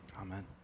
Amen